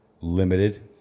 Limited